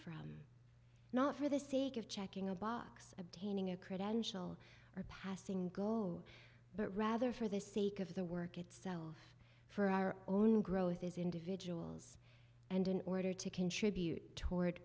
from not for the sake of checking a box obtaining a credential or passing but rather for the sake of the work itself for our own growth as individuals and in order to contribute toward